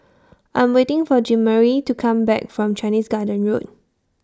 I'm waiting For Jeanmarie to Come Back from Chinese Garden Road